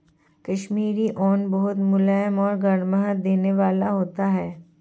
कश्मीरी ऊन बहुत मुलायम और गर्माहट देने वाला होता है